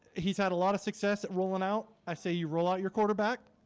he's had a lot of success at rolling out i say you roll out your quarterback